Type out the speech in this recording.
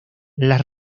las